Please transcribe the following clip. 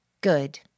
Good